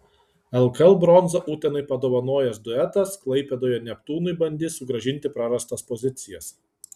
lkl bronzą utenai padovanojęs duetas klaipėdoje neptūnui bandys sugrąžinti prarastas pozicijas